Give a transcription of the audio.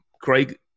Craig